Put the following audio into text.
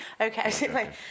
Okay